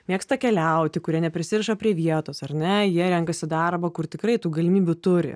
mėgsta keliauti kurie neprisiriša prie vietos ar ne jie renkasi darbą kur tikrai tų galimybių turi